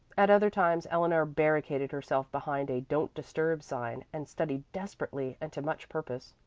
at other times eleanor barricaded herself behind a don't disturb sign and studied desperately and to much purpose.